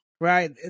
right